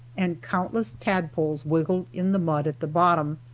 and countless tadpoles wiggled in the mud, at the bottom,